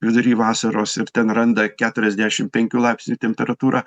vidury vasaros ir ten randa keturiasdešim penkių laipsnių temperatūrą